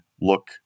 look